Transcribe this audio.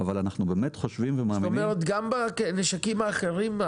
אבל אנחנו באמת חושבים ומאמינים --- זאת אומרת גם בנשקים האחרים,